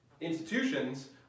Institutions